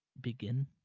begin